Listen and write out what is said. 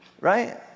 right